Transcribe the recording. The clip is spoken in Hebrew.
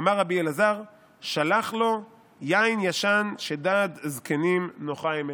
"אמר רבי אלעזר: שלח לו יין ישן שדעת זקנים נוחה הימנו"